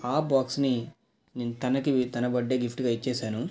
ఆ బాక్స్ని నేను తనకి తన బర్త్డే గిఫ్ట్గా ఇచ్చేసాను